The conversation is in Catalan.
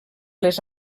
les